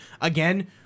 again